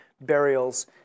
burials